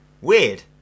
weird